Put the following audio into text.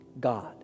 God